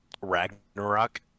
Ragnarok